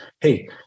hey